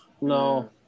no